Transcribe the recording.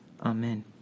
Amen